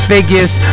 Figures